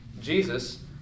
Jesus